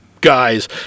guys